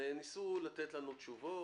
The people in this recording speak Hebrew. וניסו שם לתת לנו תשובות.